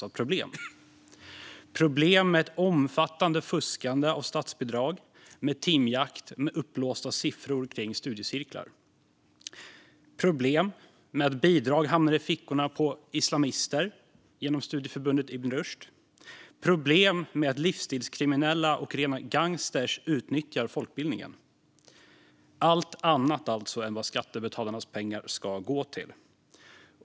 Det har varit problem med ett omfattande fusk av statsbidrag genom timjakt och uppblåsta siffror kring studiecirklar. Det har varit problem med att bidrag hamnar i fickorna på islamister genom studieförbundet Ibn Rushd. Och det har varit problem med att livsstilskriminella och rena gangstrar utnyttjar folkbildningen. Det är allt annat än vad skattebetalarnas pengar ska gå till.